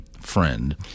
friend